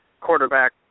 quarterback